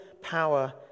power